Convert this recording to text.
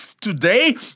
today